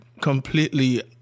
completely